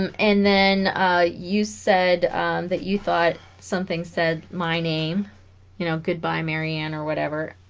um and then ah you said that you thought something said my name you know goodbye marianne or whatever